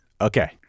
okay